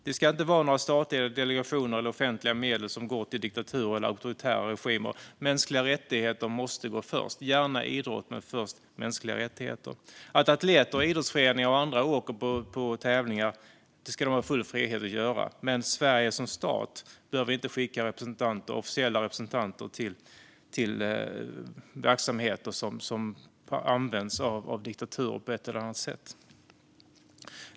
Det ska inte vara några statliga delegationer eller offentliga medel som går till diktaturer eller auktoritära regimer. Mänskliga rättigheter måste gå först - gärna idrott, men först mänskliga rättigheter. Atleter, idrottsföreningar och andra ska ha full frihet att åka på tävlingar, men Sverige som stat behöver inte skicka officiella representanter till verksamheter som på ett eller annat sätt har använts av diktaturer.